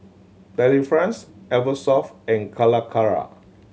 Delifrance Eversoft and Calacara